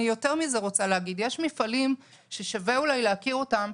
אני רוצה להגיד יותר מזה: יש מפעלים ששווה אולי להכיר אותם,